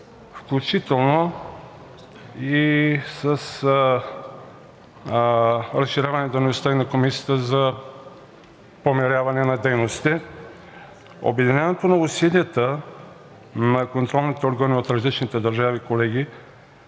включително и с разширяването дейността на Комисията за помиряване на дейностите. Обединяването на усилията на контролните органи от различните държави, колеги,